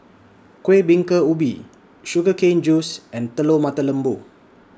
Kuih Bingka Ubi Sugar Cane Juice and Telur Mata Lembu